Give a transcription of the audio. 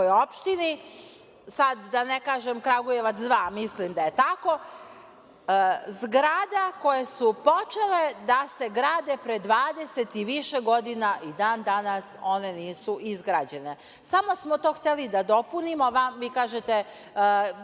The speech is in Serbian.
opštini ima, sad da ne kažem Kragujevac dva, ali mislim da je tako, zgrade koje su počele da se grade pre 20 i više godina i dan danas one nisu izgrađene. Samo smo to hteli da dopunimo, a vi kažete